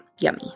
Yummy